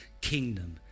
kingdom